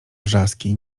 wrzaski